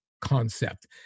concept